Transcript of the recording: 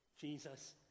jesus